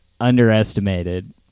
underestimated